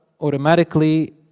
automatically